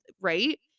right